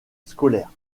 scolaires